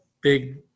big